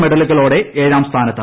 മെഡലുകളോടെ ഏഴാം സ്ഥാനത്ത്